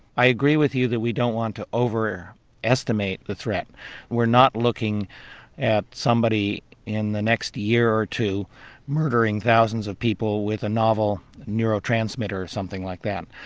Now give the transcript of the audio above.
i agree with you that we don't want to over-estimate the threat we're not looking at somebody in the next year or two murdering thousands of people with a novel neuro-transmitter or something like that.